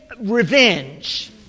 revenge